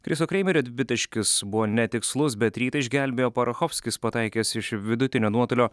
chriso kreimerio dvitaškis buvo netikslus bet rytą išgelbėjo parachovskis pataikęs iš vidutinio nuotolio